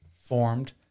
formed